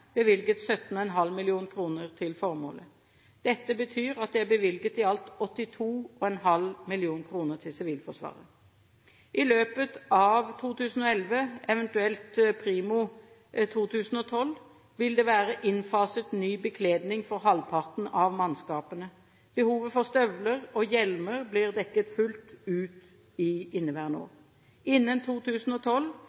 bevilget 17,5 mill. kr til formålet. Dette betyr at det er bevilget i alt 82,5 mill. kr til Sivilforsvaret. I løpet av 2011, eventuelt primo 2012, vil det være innfaset ny bekledning for halvparten av mannskapene. Behovet for støvler og hjelmer blir dekket fullt ut i inneværende